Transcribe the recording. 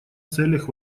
целях